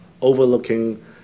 overlooking